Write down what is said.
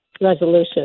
resolution